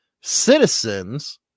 citizens